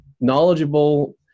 knowledgeable